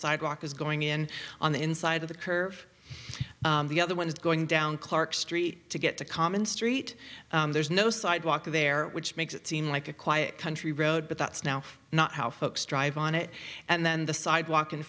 sidewalk is going in on the inside of the curve the other one is going down clark street to get to common street there's no sidewalk there which makes it seem like a quiet country road but that's now not how folks drive on it and then the sidewalk in